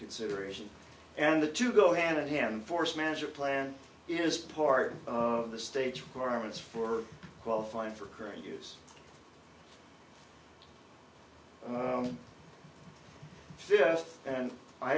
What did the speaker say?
consideration and the two go hand in hand for smasher plan is part of the state's requirements for qualifying for current use oh yes and i